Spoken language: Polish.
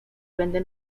będę